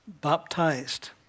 baptized